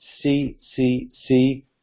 C-C-C